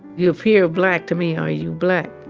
you appear black to me. are you black?